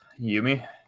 Yumi